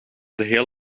heel